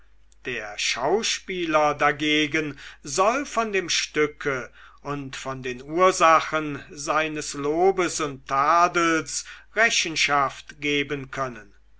der schauspieler dagegen soll von dem stücke und von den ursachen seines lobes und tadels rechenschaft geben können